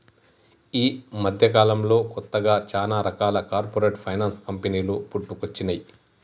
యీ మద్దెకాలంలో కొత్తగా చానా రకాల కార్పొరేట్ ఫైనాన్స్ కంపెనీలు పుట్టుకొచ్చినై